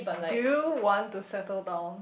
do you want to settle down